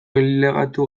ailegatu